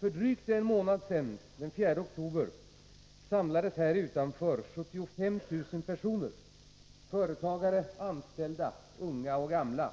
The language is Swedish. För drygt en månad sedan, den 4 oktober, samlades här utanför 75 000 personer — företagare, anställda, unga och gamla.